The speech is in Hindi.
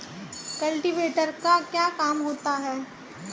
कल्टीवेटर का क्या काम होता है?